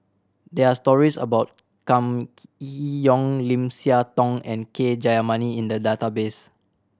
there are stories about Kam Yee Yong Lim Siah Tong and K Jayamani in the database